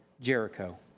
Jericho